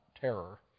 terror